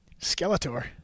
Skeletor